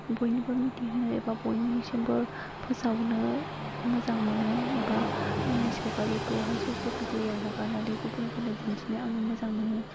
बयनिबो मिथिहोयो एबा बयनिसिमबो फोसावनो मोजां मोनो एबा आंनि सावगारिखौहाय ससेल मेदिया याव हगारनानै गुबुनफोरनो दिन्थिनो आङो मोजां मोनो